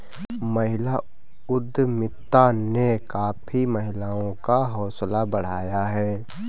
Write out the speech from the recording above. महिला उद्यमिता ने काफी महिलाओं का हौसला बढ़ाया है